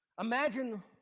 Imagine